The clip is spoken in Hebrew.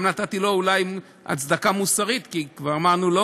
גם אולי נתתי לו הצדקה מוסרית, כי כבר אמרנו לו.